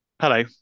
Hello